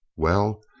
well.